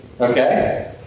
Okay